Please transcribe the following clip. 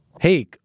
hey